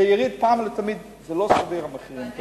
זה יוריד פעם ולתמיד, זה לא סביר, המחיר.